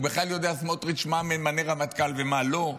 הוא בכלל יודע, סמוטריץ', מה ממנה רמטכ"ל ומה לא?